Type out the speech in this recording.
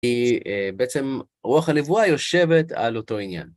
כי בעצם רוח הנבואה יושבת על אותו עניין.